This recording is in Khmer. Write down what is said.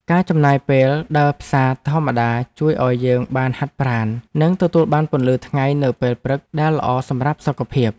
ការចំណាយពេលដើរផ្សារធម្មតាជួយឱ្យយើងបានហាត់ប្រាណនិងទទួលបានពន្លឺថ្ងៃនៅពេលព្រឹកដែលល្អសម្រាប់សុខភាព។